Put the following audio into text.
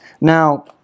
Now